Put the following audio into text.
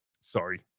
Sorry